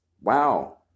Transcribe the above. Wow